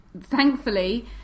Thankfully